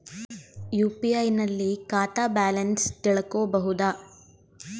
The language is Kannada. ಯು.ಪಿ.ಐ ನಲ್ಲಿ ಖಾತಾ ಬ್ಯಾಲೆನ್ಸ್ ತಿಳಕೊ ಬಹುದಾ?